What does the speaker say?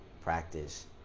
practice